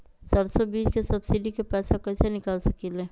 सरसों बीज के सब्सिडी के पैसा कईसे निकाल सकीले?